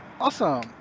Awesome